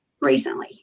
recently